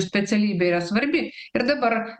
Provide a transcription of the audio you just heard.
specialybė yra svarbi ir dabar